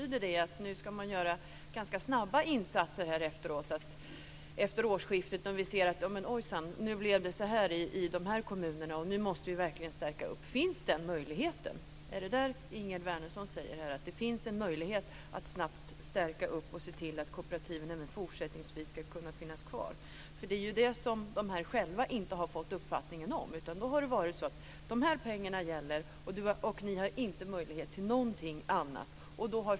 Innebär det att man nu ska göra ganska snabba insatser, så att om man efter årsskiftet ser att det blir svårigheter i en del kommuner, ska man förstärka verksamheten? Finns den möjligheten? Är det vad som avses när Ingegerd Wärnersson säger att det finns en möjlighet att snabbt förstärka kooperativen och se till att de ska finnas kvar även fortsättningsvis? Den uppfattningen har de själva inte fått, utan de har fått höra att den här tilldelningen av pengar är vad som gäller - det finns inte möjlighet till någonting annat.